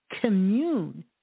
commune